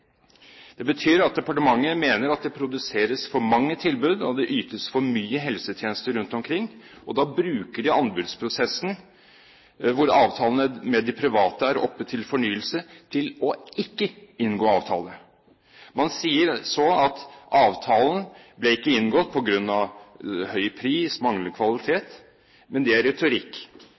mange tilbud, og det ytes for mye helsetjenester rundt omkring, og da bruker de anbudsprosessen hvor avtalene med de private er oppe til fornyelse, til ikke å inngå avtale. Man sier så at avtalen ikke ble inngått på grunn av høy pris, manglende kvalitet – men det er retorikk.